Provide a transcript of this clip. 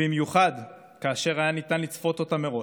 במיוחד כאשר היה ניתן לצפות אותם מראש?